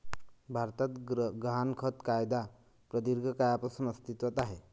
भारतात गहाणखत कायदा प्रदीर्घ काळापासून अस्तित्वात आहे